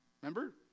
Remember